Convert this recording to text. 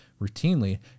routinely